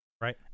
Right